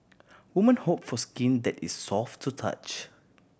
woman hope for skin that is soft to touch